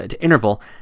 interval